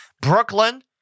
Brooklyn